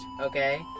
Okay